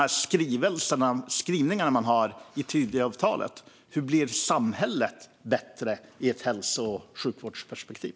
Och med de skrivningar man har i Tidöavtalet - hur blir samhället bättre i ett hälso och sjukvårdsperspektiv?